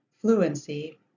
fluency